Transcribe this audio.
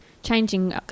changing